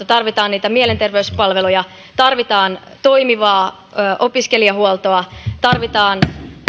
tarvitaan niitä mielenterveyspalveluja tarvitaan toimivaa opiskelijahuoltoa tarvitaan